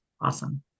Awesome